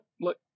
look